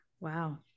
Wow